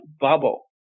bubble